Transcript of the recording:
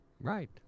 Right